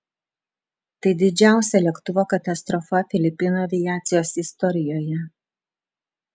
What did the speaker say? tai didžiausia lėktuvo katastrofa filipinų aviacijos istorijoje